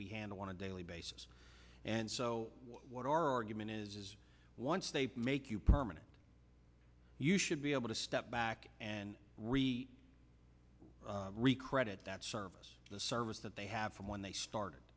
we handle on a daily basis and so what our human is is once they make you permanent you should be able to step back and re re credit that service the service that they have from when they started